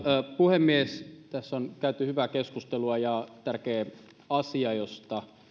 puhemies tässä on käyty hyvää keskustelua ja tämä on tärkeä asia josta